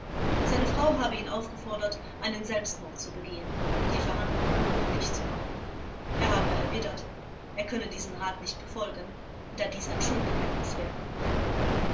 seine frau habe ihn aufgefordert einen selbstmord zu begehen um die verhandlung unmöglich zu machen er habe erwidert er könne diesen rat nicht befolgen da dies ein schuldbekenntnis wäre